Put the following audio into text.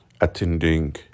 attending